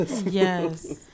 yes